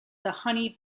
honey